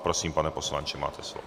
Prosím, pane poslanče, máte slovo.